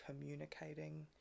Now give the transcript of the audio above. communicating